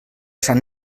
sant